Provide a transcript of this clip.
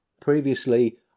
Previously